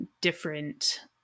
different